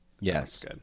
Yes